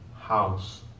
house